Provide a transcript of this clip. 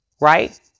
Right